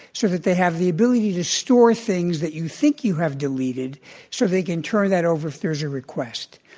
so that they have the ability to store things that you think you have deleted so they can turn that over if there's a request.